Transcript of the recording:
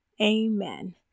Amen